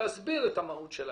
ולהסביר את המהות של העניין.